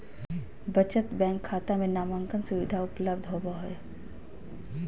बचत बैंक खाता में नामांकन सुविधा उपलब्ध होबो हइ